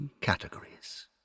categories